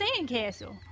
sandcastle